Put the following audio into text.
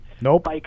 Nope